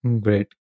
Great